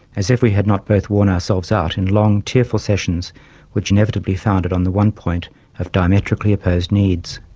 as if we had not both worn ourselves out in long, tearful sessions which inevitably foundered on the one point of diametrically opposed needs.